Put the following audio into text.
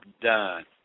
done